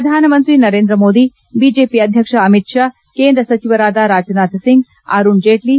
Pradhan Mantri Narendra Modi BJP ಅಧ್ಯಕ್ಷ ಅಮಿತ್ ಷಾ ಕೇಂದ್ರ ಸಚಿವರಾದ ರಾಜನಾಥಸಿಂಗ್ ಅರುಣ್ ಜೇಟ್ಲಿ